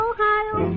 Ohio